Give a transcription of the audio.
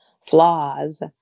flaws